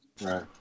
Right